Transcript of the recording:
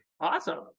Awesome